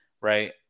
right